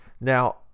Now